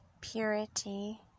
purity